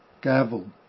gavel